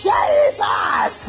Jesus